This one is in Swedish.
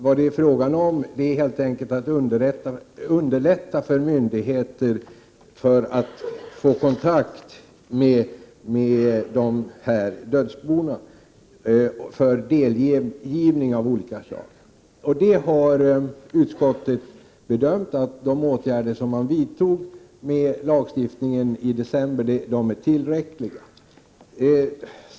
Vad det är fråga om är att man skall underlätta för myndigheterna så att de kan få kontakt med dödsbona för delgivning av olika slag. Utskottsmajoriteten har bedömt att den lagstiftning som riksdagen fattade beslut om i december är tillräcklig.